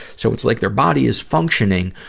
so it's like they're body is functioning,